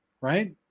right